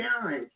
challenge